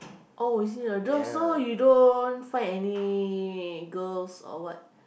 oh is it oh so you don't find any girls or what